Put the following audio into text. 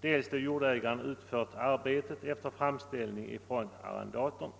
dels då jordägaren utfört arbetet efter framställning från arrendatorn.